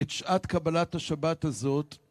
את שעת קבלת השבת הזאת.